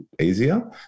easier